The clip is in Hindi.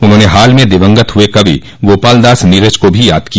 उन्होंने हाल में दिवंगत हुए कवि गोपालदास नीरज को भी याद किया